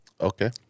Okay